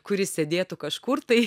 kuris sėdėtų kažkur tai